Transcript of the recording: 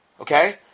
Okay